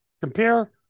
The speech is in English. compare